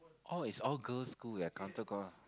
oh is all girls school your council call